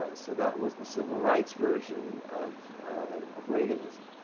ah so that was the civil rights version of of reaganism.